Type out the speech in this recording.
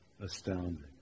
Astounding